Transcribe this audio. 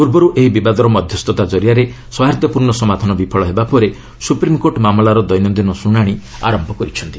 ପୂର୍ବରୁ ଏହି ବିବାଦର ମଧ୍ୟସ୍ଥତା କରିଆରେ ସୌହାର୍ଦ୍ୟପୂର୍ଣ୍ଣ ସମାଧାନ ବିଫଳ ହେବା ପରେ ସୁପ୍ରିମକୋର୍ଟ ମାମଲାର ଦୈନନ୍ଦିନ ଶୁଣାଣି ଆରମ୍ଭ କରିଛନ୍ତି